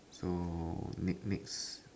so next next